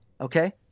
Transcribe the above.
okay